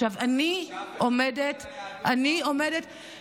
רק שאף אחד לא קרא ליהדות בערות.